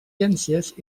ciències